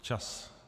Čas!